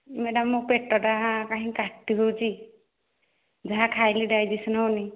madam ମୋ ପେଟଟା କାହିଁକି କାଟି ହେଉଛି ଯାହା ଖାଇଲେ ଡାଇଜେସନ୍ ହେଉନି